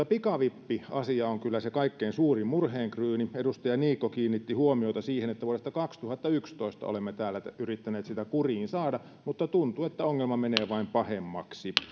pikavippiasia on kyllä se kaikkein suurin murheenkryyni edustaja niikko kiinnitti huomiota siihen että vuodesta kaksituhattayksitoista olemme täällä yrittäneet sitä kuriin saada mutta tuntuu että ongelma menee vain pahemmaksi